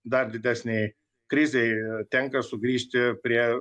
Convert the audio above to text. dar didesnei krizei tenka sugrįžti prie